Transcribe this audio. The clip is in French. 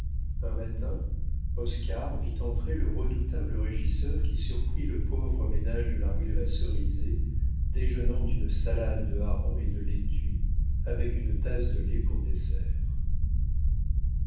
un matin oscar vit entrer le redoutable régisseur qui surprit le pauvre ménage de la rue de la cerisaie déjeunant d'une salade de hareng et de laitue avec une tasse de lait pour dessert